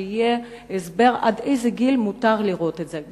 שיהיה הסבר מאיזה גיל מותר לראות את זה,